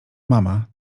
mama